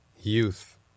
youth